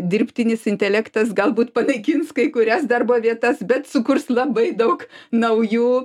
dirbtinis intelektas galbūt panaikins kai kurias darbo vietas bet sukurs labai daug naujų